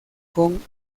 con